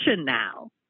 now